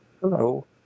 Hello